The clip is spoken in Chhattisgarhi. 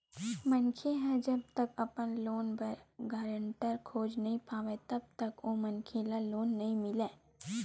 मनखे ह जब तक अपन लोन बर गारेंटर खोज नइ पावय तब तक ओ मनखे ल लोन नइ मिलय